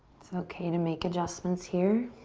it's okay to make adjustments here.